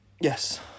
Yes